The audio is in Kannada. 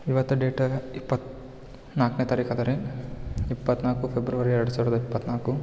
ಇವತ್ತು ಡೇಟ್ ಇಪ್ಪತ್ತು ನಾಲ್ಕನೇ ತಾರೀಕು ಅದ ರೀ ಇಪ್ಪತ್ನಾಲ್ಕು ಫೆಬ್ರವರಿ ಎರಡು ಸಾವಿರದ ಇಪ್ಪತ್ನಾಲ್ಕು